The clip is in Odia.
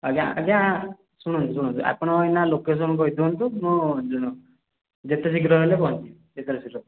ଆଜ୍ଞା ଆଜ୍ଞା ଶୁଣନ୍ତୁ ଶୁଣନ୍ତୁ ଆପଣ ଏଇନା ଲୋକେସନ୍ କହିଦିଅନ୍ତୁ ମୁଁ ଯେତେ ଶୀଘ୍ର ହେଲେ ପହଞ୍ଚିଯିବି ଶୀଘ୍ର ଶୀଘ୍ର